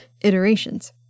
iterations